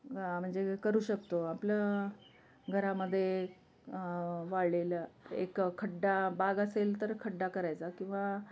म्हणजे करू शकतो आपलं घरामध्ये वाळलेलं एक खड्डा बाग असेल तर खड्डा करायचा किंवा